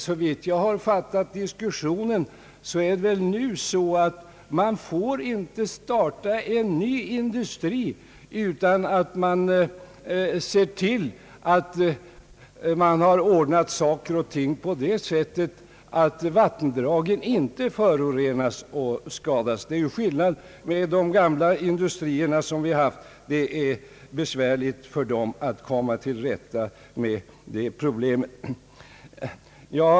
Såvitt jag fattat diskussionen rätt, förhåller det sig på det sättet, att en ny industri inte får startas utan att det har skapas anordningar för att vattendragen inte förorenas eller skadas. Det är klart att det är skillnad när det gäller de gamla industrier som redan finns och för vilka det kan vara besvärligt att komma till rätta med dessa problem.